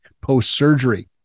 post-surgery